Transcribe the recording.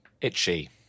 Itchy